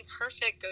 perfect